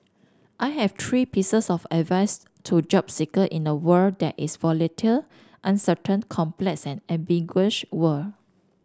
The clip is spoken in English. I have three pieces of advice to job seeker in a world that is volatile uncertain complex and ambiguous world